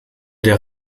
der